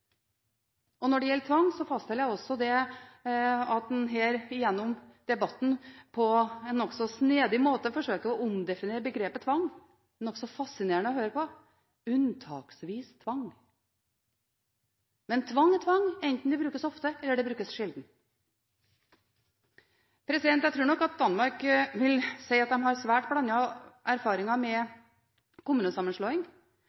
Når det gjelder tvang, fastholder jeg også det at man gjennom denne debatten, på en nokså snedig måte, forsøker å omdefinere begrepet «tvang». Det er nokså fascinerende å høre på: unntaksvis tvang. Men tvang er tvang, enten det brukes ofte, eller det brukes sjelden. Jeg tror nok at Danmark vil si at de har svært blandede erfaringer